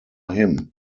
him